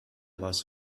was